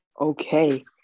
Okay